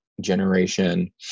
Generation